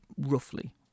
roughly